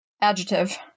adjective